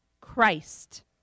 Christ